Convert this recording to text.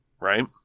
right